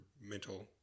mental